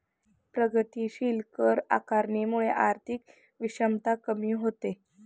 प्रगतीशील कर आकारणीमुळे आर्थिक विषमता कमी होते